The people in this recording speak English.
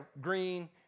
green